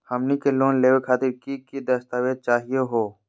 हमनी के लोन लेवे खातीर की की दस्तावेज चाहीयो हो?